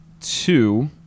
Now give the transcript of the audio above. two